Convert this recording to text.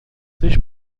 três